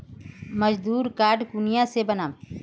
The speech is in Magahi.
मजदूर कार्ड कुनियाँ से बनाम?